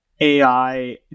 AI